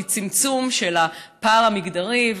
בצמצום של הפער המגדרי.